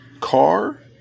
car